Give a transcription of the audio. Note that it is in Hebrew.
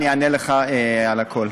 אני אענה לך על הכול.